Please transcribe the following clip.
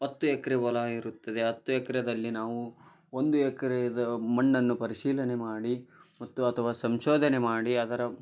ಹತ್ತು ಎಕ್ಕರೆ ಹೊಲ ಇರುತ್ತದೆ ಹತ್ತು ಎಕ್ಕರೆಯಲ್ಲಿ ನಾವು ಒಂದು ಎಕ್ರೆಯದ್ದು ಮಣ್ಣನ್ನು ಪರಿಶೀಲನೆ ಮಾಡಿ ಮತ್ತು ಅಥವಾ ಸಂಶೋಧನೆ ಮಾಡಿ ಅದರ